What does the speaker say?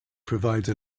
provide